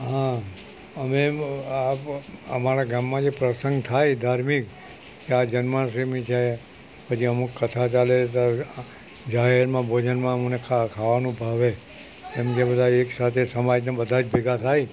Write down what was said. હા અમે અમારા ગામમાં જે પ્રસંગ થાય ધાર્મિક કે આ જન્માષ્ટમી છે પછી અમુક કથા ચાલે તે જાહેરમાં ભોજનમાં અમને ખાવાનું ભાવે કેમકે બધા એકસાથે સમાજને બધા જ ભેગા થાય